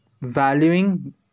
valuing